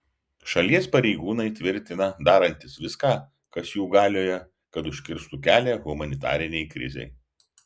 šalies pareigūnai tvirtina darantys viską kas jų galioje kad užkirstų kelią humanitarinei krizei